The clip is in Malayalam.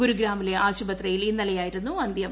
ഗുരുഗ്രാമിലെ ആശുപത്രിയിൽ ഇന്നലെയായിരുന്നു അന്ത്യം